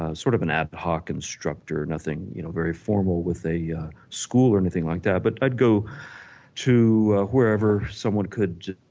ah sort of an adhoc instructor nothing you know very formal with a yeah school or anything like that but i'd go to whoever someone could